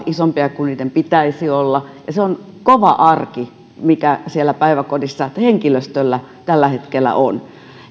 isompia kuin niiden pitäisi olla ja se on kova arki mikä siellä päiväkodeissa henkilöstöllä tällä hetkellä on